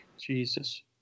Jesus